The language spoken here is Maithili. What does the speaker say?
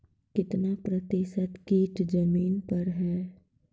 कितना प्रतिसत कीट जमीन पर हैं?